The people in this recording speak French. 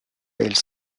elle